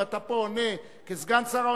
אם אתה פה עונה כסגן שר אוצר,